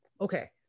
okay